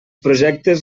projectes